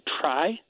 try